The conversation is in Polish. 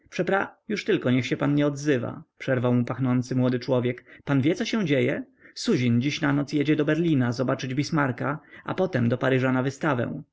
przepra już tylko niech się pan nie odzywa przerwał mu pachnący młody człowiek pan wie co się dzieje suzin dziś na noc jedzie do berlina zobaczyć bismarka a potem do paryża na wystawę